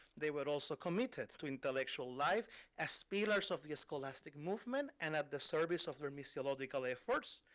they were also committed to intellectual life as pillars of the scholastic movement and at the service of their missiological efforts.